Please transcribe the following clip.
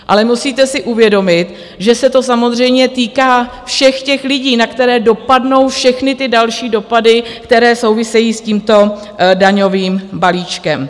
Ale musíte si uvědomit, že se to samozřejmě týká všech těch lidí, na které dopadnou všechny ty další dopady, které souvisejí s tímto daňovým balíčkem.